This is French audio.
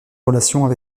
relation